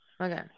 okay